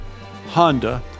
Honda